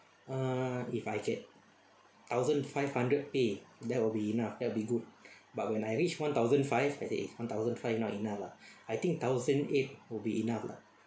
uh if I get thousand five hundred pay that will be enough that'll be good but when I reached one thousand five I said eh one thousand five not enough lah I think thousand eight will be enough lah but when